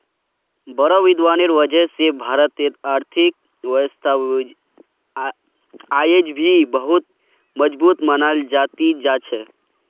बोड़ो विद्वानेर वजह स भारतेर आर्थिक व्यवस्था अयेज भी बहुत मजबूत मनाल जा ती जा छ